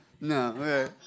No